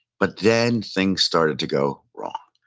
but then things started to go wrong.